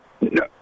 No